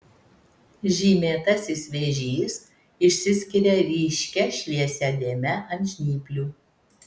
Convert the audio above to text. žymėtasis vėžys išsiskiria ryškia šviesia dėme ant žnyplių